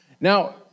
Now